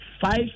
five